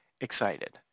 excited